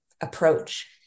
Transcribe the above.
approach